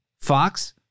Fox